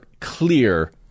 clear